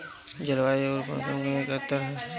जलवायु अउर मौसम में का अंतर ह?